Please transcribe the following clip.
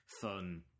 fun